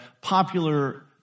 popular